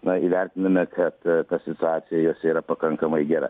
na įvertiname kad ta situacija jose yra pakankamai gera